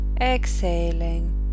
exhaling